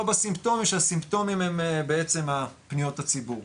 בסימפטומים שהסימפטומים הם פניות הציבור.